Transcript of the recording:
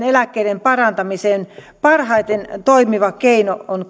eläkkeiden parantamiseen parhaiten toimiva keino on